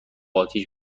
آتیش